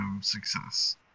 success